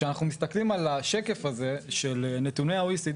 כשאנחנו מסתכלים על השקף הזה של נתוני ה-OECD